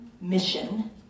mission